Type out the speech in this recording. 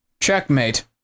Checkmate